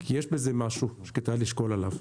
כי יש בזה משהו שכדאי לשקול עליו.